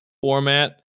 format